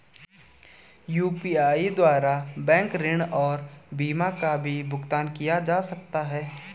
UPI द्वारा bank ऋण और बीमा का भी भुगतान किया जा सकता है?